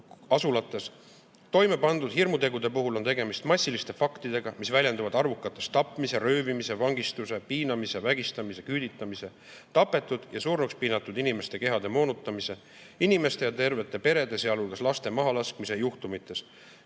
asulates toime pandud hirmutegude puhul on tegemist massiliste faktidega, mis väljenduvad arvukates tapmise, röövimise, vangistuse, piinamise, vägistamise, küüditamise, tapetud ja surnuks piinatud inimeste kehade moonutamise, inimeste ja tervete perede, sealhulgas laste mahalaskmise juhtumites,